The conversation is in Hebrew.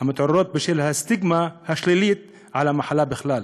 המתעוררות בשל הסטיגמה השלילית על המחלה בכלל,